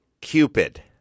Cupid